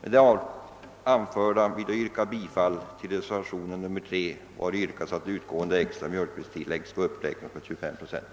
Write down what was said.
Med det anförda vill jag yrka bifall till reservationen 3, vari det yrkas att det utgående extra mjölkpristillägget skall uppräknas med 25 procent.